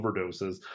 overdoses